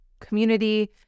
community